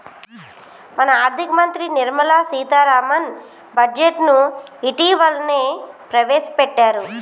మన ఆర్థిక మంత్రి నిర్మల సీతారామన్ బడ్జెట్ను ఇటీవలనే ప్రవేశపెట్టారు